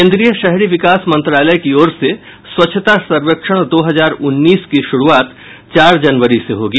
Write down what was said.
केंद्रीय शहरी विकास मंत्रालय की ओर से स्वच्छता सर्वेक्षण दो हजार उन्नीस की शुरूआत चार जनवरी से होगी